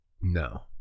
No